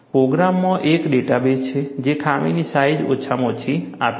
પ્રોગ્રામમાં એક ડેટાબેઝ છે જે ખામીની સાઈજ ઓછામાં ઓછી આપે છે